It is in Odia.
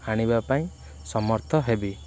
ଆଣିବା ପାଇଁ ସମର୍ଥ ହେବି